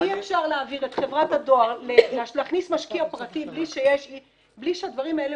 אי-אפשר להכניס משקיע פרטי בלי שהדברים האלה